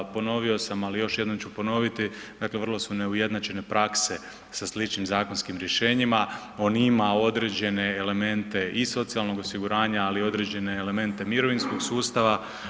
A ponovio sam, ali još jednom ću ponoviti, dakle vrlo su neujednačene prakse sa sličnim zakonskim rješenjima, on ima određene elemente i socijalnog osiguranja, ali i određene elemente mirovinskog sustava.